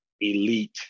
elite